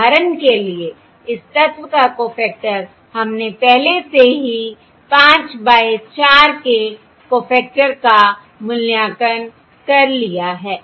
उदाहरण के लिए इस तत्व का कॊफैक्टर हमने पहले से ही 5 बाय 4 के कॊफैक्टर का मूल्यांकन कर लिया है